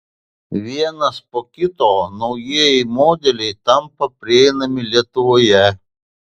vienas po kito naujieji modeliai tampa prieinami lietuvoje